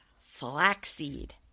flaxseed